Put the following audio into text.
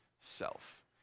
self